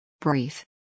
Brief